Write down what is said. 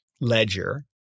ledger